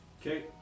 Okay